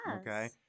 okay